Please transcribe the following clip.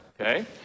okay